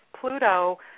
Pluto